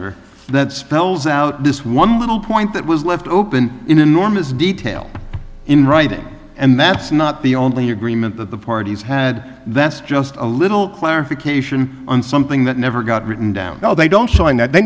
ter that spells out this one little point that was left open in enormous detail in writing and that's not the only agreement that the parties had that's just a little clarification on something that never got written down now they don't sign that they